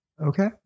okay